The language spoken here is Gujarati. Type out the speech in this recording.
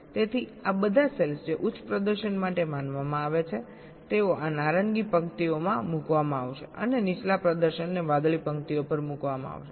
તેથી બધા સેલ્સ જે ઉચ્ચ પ્રદર્શન માટે માનવામાં આવે છે તેઓ આ નારંગી પંક્તિઓમાં મૂકવામાં આવશે અને નીચલા પ્રદર્શનને વાદળી પંક્તિઓ પર મૂકવામાં આવશે